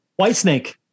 Whitesnake